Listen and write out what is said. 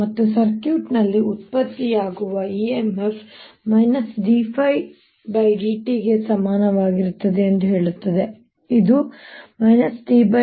ಮತ್ತು ಸರ್ಕ್ಯೂಟ್ನಲ್ಲಿ ಉತ್ಪತ್ತಿಯಾಗುವ EMF dϕdt ಗೆ ಸಮನಾಗಿರುತ್ತದೆ ಎಂದು ಹೇಳುತ್ತದೆ ಇದು ddtBrt